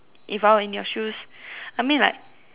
if I were in your shoes I mean like